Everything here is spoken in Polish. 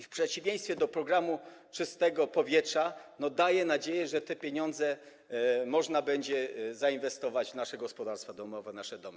W przeciwieństwie do programu „Czyste powietrze” daje nadzieję, że te pieniądze można będzie zainwestować w nasze gospodarstwa domowe, nasze domy.